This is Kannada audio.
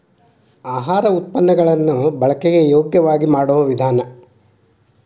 ಆಹಾರ ಉತ್ಪನ್ನ ಗಳನ್ನು ಬಳಕೆಗೆ ಯೋಗ್ಯವಾಗಿ ಮಾಡುವ ವಿಧಾನ